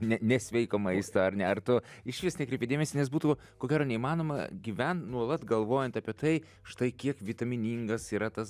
ne nesveiko maisto ar ne ar tu išvis nekreipi dėmesio nes būtų ko gero neįmanoma gyven nuolat galvojant apie tai štai kiek vitaminingas yra tas